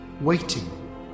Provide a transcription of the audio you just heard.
Waiting